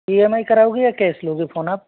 E M I कराओगे या cash लोगे फ़ोन आप